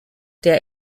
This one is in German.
der